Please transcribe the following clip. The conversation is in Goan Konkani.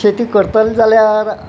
शेती करतले जाल्यार